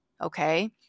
Okay